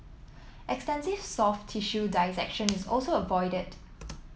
extensive soft tissue dissection is also avoided